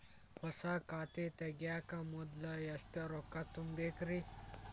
ಹೊಸಾ ಖಾತೆ ತಗ್ಯಾಕ ಮೊದ್ಲ ಎಷ್ಟ ರೊಕ್ಕಾ ತುಂಬೇಕ್ರಿ?